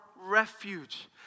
refuge